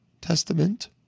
Testament